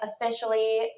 officially